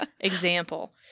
example